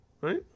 Right